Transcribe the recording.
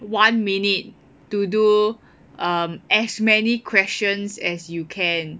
one minute to do um as many questions as you can